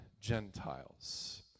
Gentiles